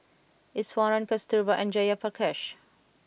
Iswaran Kasturba and Jayaprakash